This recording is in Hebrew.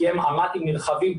קיים עבודות מטה נרחבות,